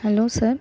hello sir